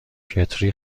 کتری